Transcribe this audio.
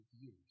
years